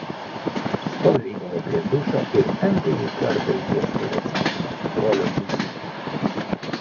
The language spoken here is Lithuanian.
stoviu eilėje prie dušo ir n tąjį kartą ieškau atsakymo į brolio mįslę